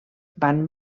van